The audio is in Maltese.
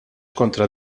kontra